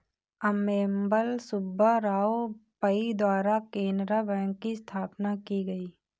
अम्मेम्बल सुब्बा राव पई द्वारा केनरा बैंक की स्थापना की गयी